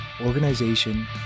organization